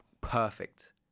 perfect